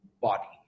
body